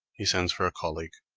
he sends for a colleague.